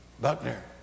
Buckner